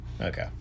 Okay